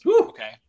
Okay